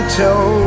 tell